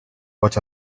what